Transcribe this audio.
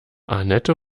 annette